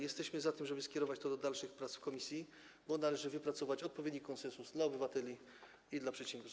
Jesteśmy za tym, żeby skierować to do dalszych prac w komisji, bo należy wypracować odpowiedni konsensus dla obywateli i dla przedsiębiorców.